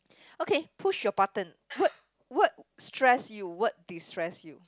okay push your button what what stress you what destress you